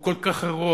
כל כך ארוך.